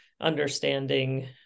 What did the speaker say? understanding